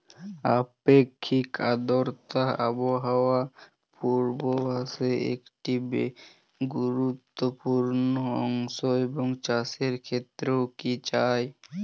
আপেক্ষিক আর্দ্রতা আবহাওয়া পূর্বভাসে একটি গুরুত্বপূর্ণ অংশ এবং চাষের ক্ষেত্রেও কি তাই?